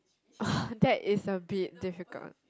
ugh that is a bit difficult